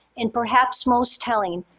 and perhaps most telling,